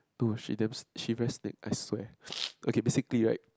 to she damn she very sneak~ I swear okay basically right